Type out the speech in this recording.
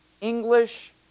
English